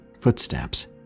footsteps